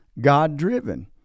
god-driven